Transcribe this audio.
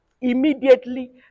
immediately